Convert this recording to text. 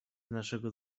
naszego